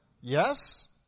Yes